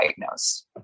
diagnosed